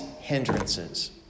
hindrances